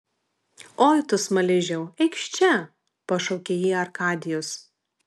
oi tu smaližiau eikš čia pašaukė jį arkadijus